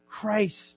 Christ